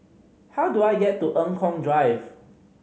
how do I get to Eng Kong Drive